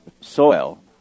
soil